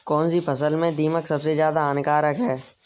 कौनसी फसल में दीमक सबसे ज्यादा हानिकारक है?